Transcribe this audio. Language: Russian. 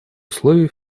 условий